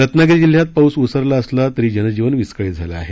रत्नागिरी जिल्ह्यात पाऊस ओसरला असला तरी जनजीवन विस्कळीत झालं आहे